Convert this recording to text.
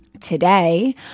today